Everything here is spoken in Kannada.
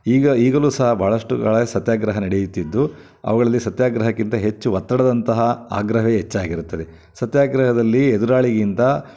ಈಗ ಈಗಲೂ ಸಹ ಭಾಳಷ್ಟು ಕಡೆ ಸತ್ಯಾಗ್ರಹ ನಡೆಯುತ್ತಿದ್ದು ಅವುಗಳಲ್ಲಿ ಸತ್ಯಾಗ್ರಹಕ್ಕಿಂತ ಹೆಚ್ಚು ಒತ್ತಡದಂತಹ ಆಗ್ರಹವೇ ಹೆಚ್ಚಾಗಿರುತ್ತದೆ ಸತ್ಯಾಗ್ರಹದಲ್ಲಿ ಎದುರಾಳಿಗಿಂತ